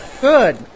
Good